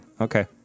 Okay